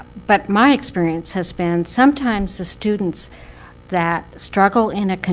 but my experience has been sometimes the students that struggle in a